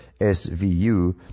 SVU